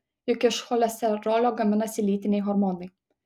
juk iš cholesterolio gaminasi lytiniai hormonai